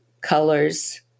colors